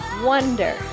wonder